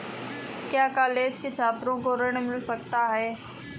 क्या कॉलेज के छात्रो को ऋण मिल सकता है?